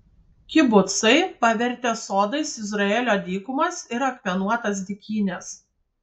kibucai pavertė sodais izraelio dykumas ir akmenuotas dykynes